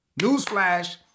newsflash